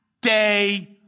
day